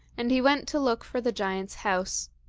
and he went to look for the giant's house.